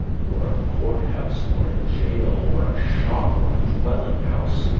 or a court-house, or a jail, or a shop, or a dwelling-house,